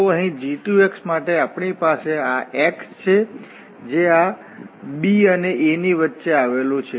તો અહીં g2 માટે આપણી પાસે આ x છે જે આ b અને a ની વચ્ચે આવેલું છે